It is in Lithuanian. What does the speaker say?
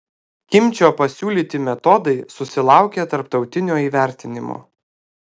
kimčio pasiūlyti metodai susilaukė tarptautinio įvertinimo